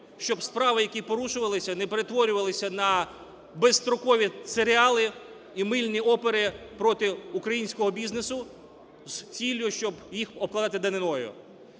щоб справи, які порушувалися, не перетворювалися на безстрокові серіали і мильні опери проти українського бізнесу з ціллю, щоб їх обкладати даниною.